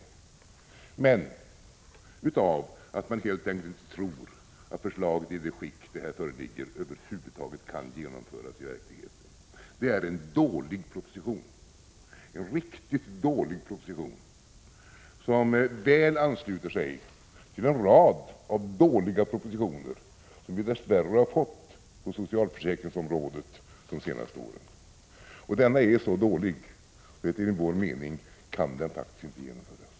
Avslagsyrkandena motiveras av att man helt enkelt inte tror att förslaget i det skick som det föreligger över huvud taget kan genomföras i verkligheten. Det är en dålig proposition, en riktigt dålig proposition, som väl ansluter sig till en rad av dåliga propositioner som vi dess värre har fått på socialförsäkringsområdet de senaste åren. Denna är så dålig att förslaget enligt vår mening faktiskt inte kan genomföras.